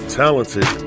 talented